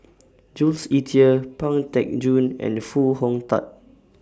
Jules Itier Pang Teck Joon and Foo Hong Tatt